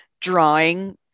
drawing